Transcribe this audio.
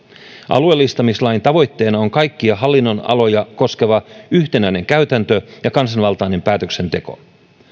alueellistamislain tavoitteena on kaikkia hallinnonaloja koskeva yhtenäinen käytäntö ja kansanvaltainen päätöksenteko